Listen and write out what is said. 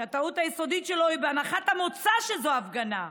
שהטעות היסודית שלו היא בהנחת המוצא שזו הפגנה.